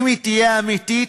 אם היא תהיה אמיתית,